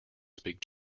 speak